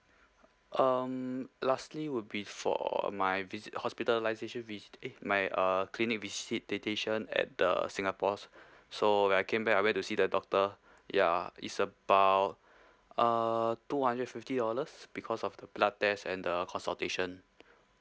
um lastly would be for my visi~ hospitalisation visi~ eh my uh clinic visitation at the singapore's so when I came back I went to see the doctor ya it's about uh two hundred fifty dollars because of the blood test and the consultation